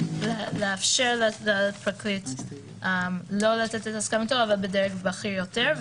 לאפשר לפרקליט לא לתת את הסכמתו אבל בדרג בכיר יותר.